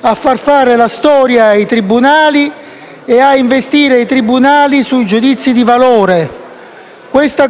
a far fare la storia ai tribunali e a investire i tribunali dei giudizi di valore. Questo